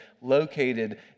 located